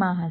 માં હશે